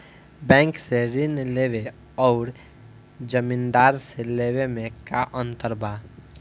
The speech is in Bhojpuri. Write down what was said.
बैंक से ऋण लेवे अउर जमींदार से लेवे मे का अंतर बा?